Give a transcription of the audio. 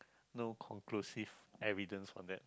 no conclusive evidence on that